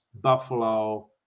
Buffalo